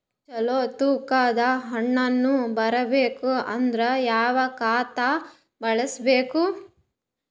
ಚಲೋ ತೂಕ ದ ಹಣ್ಣನ್ನು ಬರಬೇಕು ಅಂದರ ಯಾವ ಖಾತಾ ಬಳಸಬೇಕು?